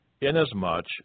inasmuch